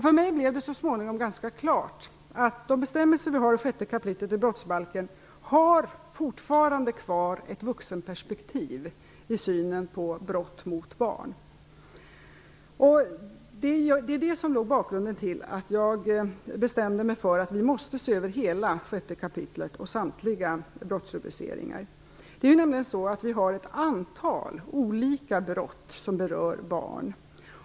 För mig blev det så småningom ganska klart att de bestämmelser vi har i 6 kap. brottsbalken fortfarande har kvar ett vuxenperspektiv i synen på brott mot barn. Det var bakgrunden till att jag bestämde mig för att vi måste se över hela 6 kap. och samtliga brottsrubriceringar. Det finns ett antal olika brott som berör barn.